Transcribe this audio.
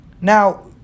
Now